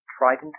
trident